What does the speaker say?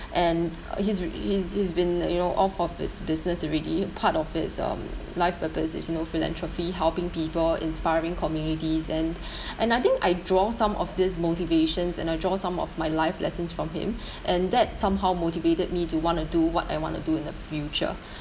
and uh he's he's he's been you know off of his business already part of his um life purpose is you know philanthropy helping people inspiring communities and and I think I draw some of these motivations and I draw some of my life lessons from him and that somehow motivated me to want to do what I want to do in the future